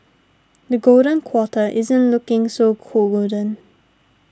the golden quarter isn't looking so co golden